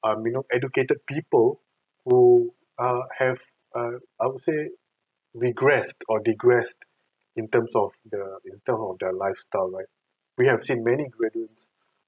um you know educated people who err have uh I would say regressed or digressed in terms of the in terms of their lifestyle right we have seen many graduates